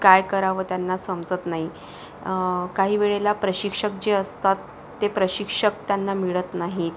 काय करावं त्यांना समजत नाहीे काही वेळेला प्रशिक्षक जे असतात ते प्रशिक्षक त्यांना मिळत नाही